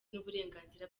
n’uburenganzira